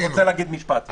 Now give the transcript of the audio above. אני רוצה להגיד משפט.